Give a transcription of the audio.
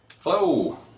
Hello